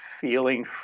feeling